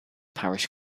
parish